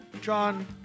John